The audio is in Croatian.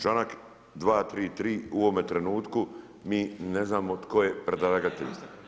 Članak 233. u ovome trenutku m i ne znamo tko je predlagatelj.